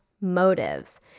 motives